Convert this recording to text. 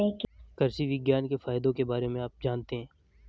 कृषि विज्ञान के फायदों के बारे में आप जानते हैं?